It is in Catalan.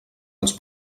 als